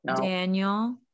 Daniel